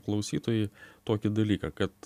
klausytojai tokį dalyką kad